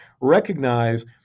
recognize